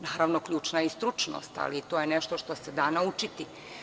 Naravno, ključna je i stručnost, ali to je nešto što se da naučiti.